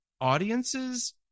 audiences